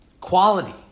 quality